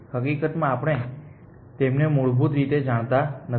હકીકતમાં આપણે તેમને મૂળભૂત રીતે જાણતા નથી